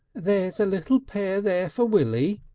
there's a little pair there for willie,